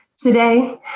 Today